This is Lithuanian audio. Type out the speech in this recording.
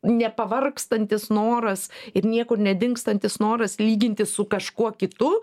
nepavargstantis noras ir niekur nedingstantis noras lygintis su kažkuo kitu